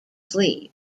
sleeve